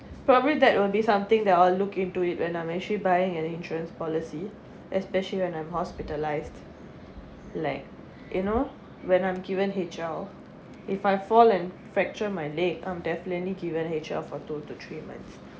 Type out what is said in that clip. probably that will be something that I'll look into it when I'm actually buying an insurance policy especially when I'm hospitalized like you know when I'm given H_L if I fall and fracture my leg I'm definitely given H_L for two to three months